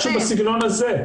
משהו בסגנון זה.